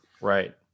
Right